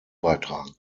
beitragen